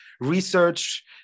research